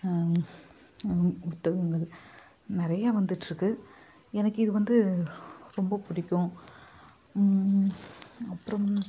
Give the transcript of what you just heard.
புத்தகங்கள் நிறைய வந்துகிட்ருக்கு எனக்கு இது வந்து ரொம்ப பிடிக்கும் அப்புறம்